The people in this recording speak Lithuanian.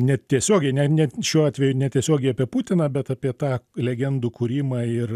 net tiesiogiai net šiuo atveju netiesiogiai apie putiną bet apie tą legendų kūrimą ir